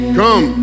come